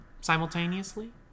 simultaneously